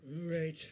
Right